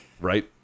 Right